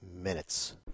minutes